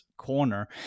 Corner